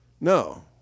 No